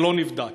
זה לא נבדק,